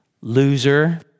loser